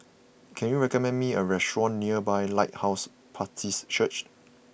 can you recommend me a restaurant nearby Lighthouse Baptist Church